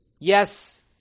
Yes